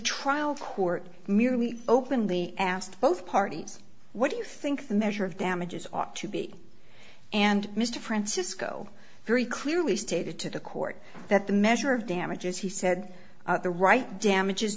trial court merely openly asked both parties what do you think the measure of damages ought to be and mr francisco very clearly stated to the court that the measure of damages he said the right damages